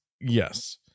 yes